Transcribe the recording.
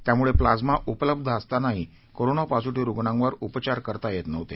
त्यामुळे प्लाझ्मा उपलब्ध असतानाही कोरोना पॉझिटिव्ह रूग्णांवर उपघार करता येत नव्हते